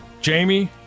Jamie